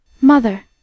Mother